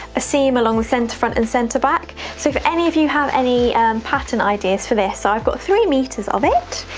ah seam along the center front and center back, so if any of you have any pattern ideas for this ah i've got three meters of it.